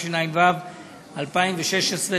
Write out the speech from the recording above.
התשע"ו 2016,